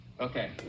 Okay